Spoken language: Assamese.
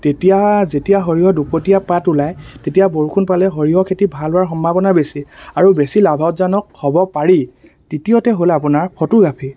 তেতিয়া যেতিয়া সৰিয়হৰ দুপতীয়া পাত ওলায় তেতিয়া বৰষুণ পালে সৰিয়হ খেতি ভাল হোৱাৰ সম্ভাৱনা বেছি আৰু বেছি লাভজনক হ'ব পাৰি তৃতীয়তে হ'ল আপোনাৰ ফটোগ্ৰাফী